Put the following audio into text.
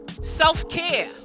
Self-care